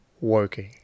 working